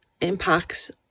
impacts